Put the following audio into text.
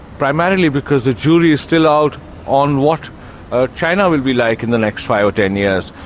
primarily because the jury is still out on what china will be like in the next five or ten years.